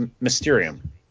mysterium